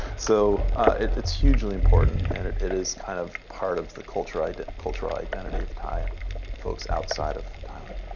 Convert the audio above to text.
so it's hugely important, and it is kind of part of the cultural cultural identity of thai folks outside of thailand.